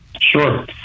Sure